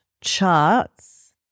charts